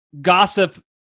gossip